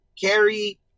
Carrie